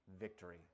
victory